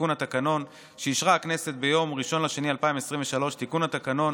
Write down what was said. תיקון התקנון שאישרה הכנסת ביום 1 בפברואר 2023. תיקון התקנון